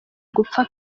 gupfa